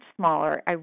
smaller